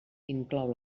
inclou